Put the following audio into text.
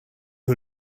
who